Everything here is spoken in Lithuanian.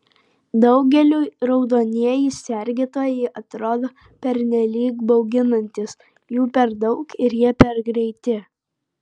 daugeliui raudonieji sergėtojai atrodo pernelyg bauginantys jų per daug ir jie per greiti